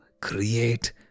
create